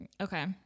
Okay